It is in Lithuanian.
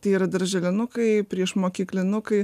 tai yra darželinukai priešmokyklinukai